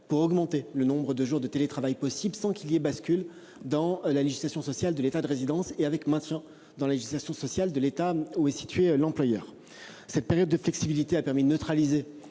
pour augmenter le nombre de jours de télétravail possible sans qu'il y ait bascule dans la législation sociale de l'État de résidence et avec maintien dans la législation sociale de l'État, où est située l'employeur. Cette période de flexibilité a permis de neutraliser